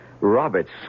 Robert's